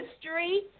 history